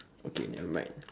okay nevermind